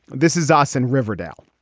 this is orson riverdale.